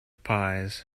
pies